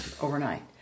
overnight